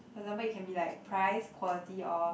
for example it can be like price quality or